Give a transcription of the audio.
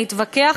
להתווכח